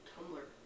Tumblr